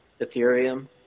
Ethereum